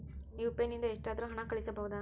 UPI ನಿಂದ ಎಷ್ಟಾದರೂ ಹಣ ಕಳಿಸಬಹುದಾ?